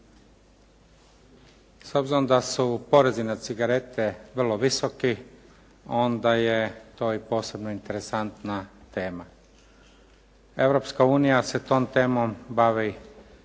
S obzirom da su porezi na cigarete vrlo visoki onda je to i posebno interesantna tema. Europska unija se tom temom bavi